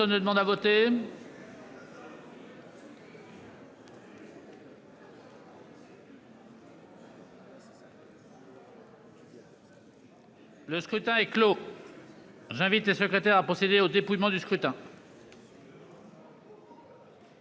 Le scrutin est clos. J'invite Mmes et MM. les secrétaires à procéder au dépouillement du scrutin.